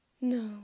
no